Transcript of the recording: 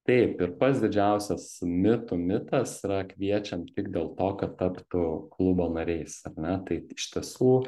taip ir pats didžiausias mitų mitas yra kviečiam tik dėl to kad taptų klubo nariais ar ne tai iš tiesų